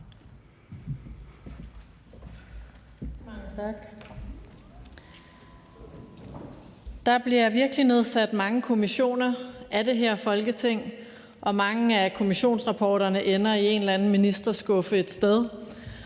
Der bliver virkelig nedsat mange kommissioner af det her Folketing, og mange af kommissionsrapporterne ender i en eller anden ministerskuffe et sted.